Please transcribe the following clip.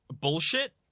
bullshit